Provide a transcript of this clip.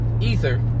Ether